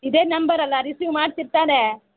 ಇದೇ ನಂಬರ್ ಅಲ್ವ ರಿಸೀವ್ ಮಾಡ್ತೀರ ತಾನೇ